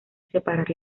separar